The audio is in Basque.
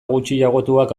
gutxiagotuak